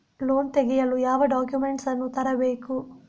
Loan ತೆಗೆಯಲು ಯಾವ documents ಅನ್ನು ತರಬೇಕು?